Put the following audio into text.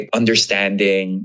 understanding